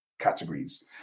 categories